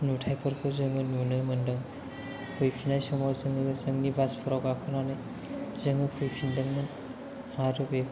नुथायफोरखौ जोङो नुनो मोनदों फैफिननाय समाव जोङो जोंनि बासफोराव गाखोनानै जोङो फैफिनदोंमोन आरो बे